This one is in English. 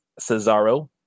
Cesaro